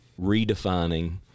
redefining